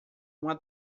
uma